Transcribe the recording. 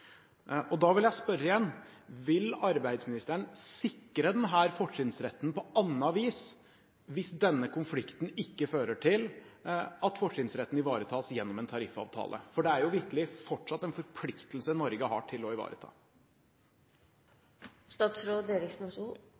vil igjen spørre: Vil arbeidsministeren sikre denne fortrinnsretten på annet vis hvis denne konflikten ikke fører til at fortrinnsretten ivaretas gjennom en tariffavtale? – for det er jo vitterlig fortsatt en forpliktelse Norge har til å